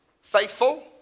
faithful